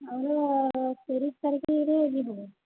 ଆମର ତିରିଶି ତାରିଖରେ ଯିବୁ